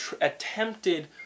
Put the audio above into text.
attempted